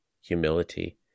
humility